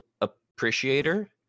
appreciator